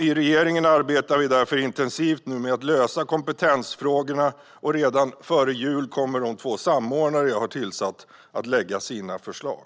I regeringen arbetar vi nu därför intensivt med att lösa kompetensfrågorna, och redan före jul kommer de två samordnare som jag har tillsatt att lägga fram sina förslag.